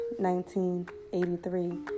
1983